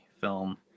film